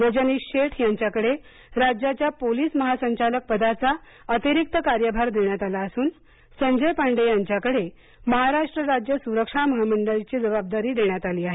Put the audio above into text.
रजनीश शेठ यांच्या कडे राज्याच्या पोलीस महासंचालक पदाचा अतिरिक्त कार्यभार देण्यात आला असून संजय पांडे यांच्याकडे महाराष्ट्र राज्य सुरक्षा महामंडळाची जवाबदारी देण्यात आली आहे